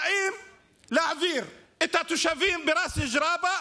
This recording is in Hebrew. באים להעביר את התושבים בראס ג'ראבה,